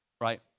right